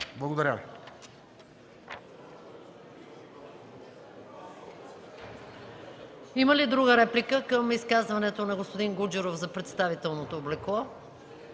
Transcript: Благодаря Ви.